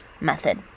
method